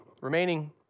remaining